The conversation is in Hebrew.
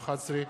2011,